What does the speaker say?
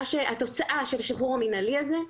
התוצאה של השחרור המינהלי הזה,